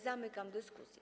Zamykam dyskusję.